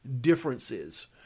differences